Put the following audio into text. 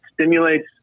stimulates